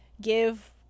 give